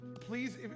please